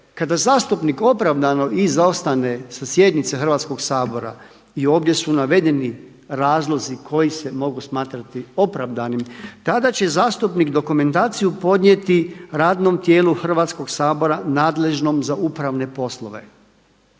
kada zastupnik opravdano izostane sa sjednice Hrvatskoga sabora i ovdje su navedeni razlozi koji se mogu smatrati opravdanim, tada će zastupnik dokumentaciju podnijeti radnom tijelu Hrvatskoga sabora nadležnom za upravne poslove,